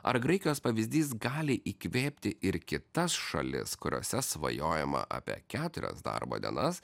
ar graikijos pavyzdys gali įkvėpti ir kitas šalis kuriose svajojama apie keturias darbo dienas